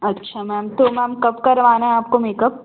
अच्छा मैम तो मैम कब करवाना है आपको मेकअप